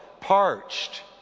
parched